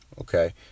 okay